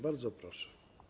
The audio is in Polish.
Bardzo proszę.